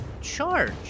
charge